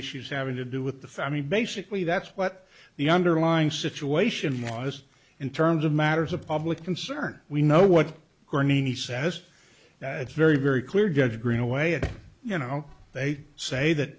issues having to do with the family basically that's what the underlying situation was in terms of matters of public concern we know what he says it's very very clear judge greenaway and you know they say that